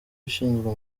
ushinzwe